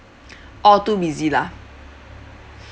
all too busy lah